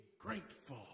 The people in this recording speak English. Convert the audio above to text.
grateful